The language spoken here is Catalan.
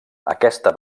aquesta